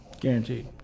Guaranteed